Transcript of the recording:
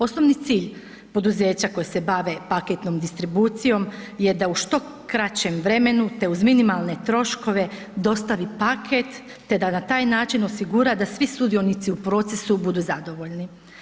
Osnovni cilj poduzeća koji se bave paketnom distribucijom je da u što kraćem vremenu, te uz minimalne troškove dostavi paket, te da na taj način osigura da svi sudionici u procesu budu zadovoljni.